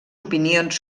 opinions